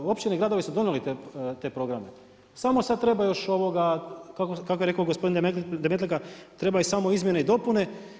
Općine i gradovi su donijeli te programe, samo sad treba još kako je rekao gospodin Demetlika, trebaju samo izmjene i dopune.